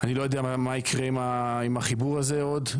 אני לא יודע מה יקרה עם החיבור הזה עוד.